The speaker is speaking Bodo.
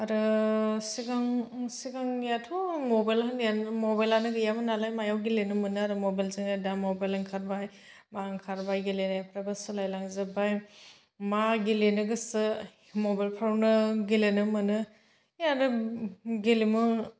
आरो सिगां सिगांंनियाथ' मबेल होननायानो मबेलानो गैयामोन नालाय मायाव गेलेनो मोनो आरो मबेलजोंनो दा मबेल ओंखारबाय मा ओंखारबाय गेलेनायफ्राबो सोलायलांजोब्बाय मा गेलेनो गोसो मबेलफ्रावनो गोलेनो मोनो हेयानो गेलेमु